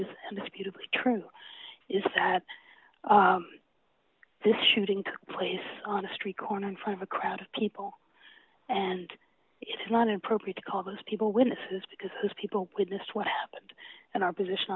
of true is that this shooting took place on a street corner in front of a crowd of people and it's not appropriate to call those people witnesses because these people witnessed what happened and our position